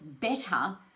better